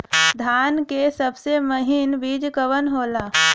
धान के सबसे महीन बिज कवन होला?